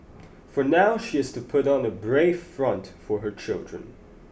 for now she has to put on a brave front for her children